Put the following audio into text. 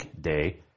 Day